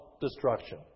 destruction